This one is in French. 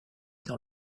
dans